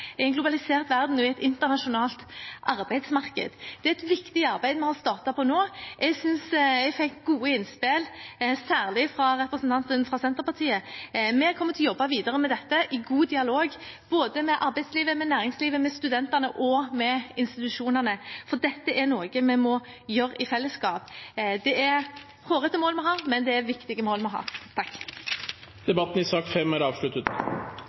i en globalisert verden og i et internasjonalt arbeidsmarked. Det er et viktig arbeid vi har startet på nå. Jeg synes jeg fikk gode innspill, særlig fra representanten fra Senterpartiet. Vi kommer til å jobbe videre med dette, i god dialog både med arbeidslivet, med næringslivet, med studentene og med institusjonene, for dette er noe vi må gjøre i fellesskap. Det er hårete mål vi har, men det er viktige mål. Debatten i sak nr. 5 er